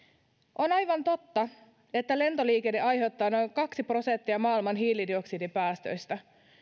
on aivan totta että lentoliikenne aiheuttaa noin kaksi prosenttia maailman hiilidioksidipäästöistä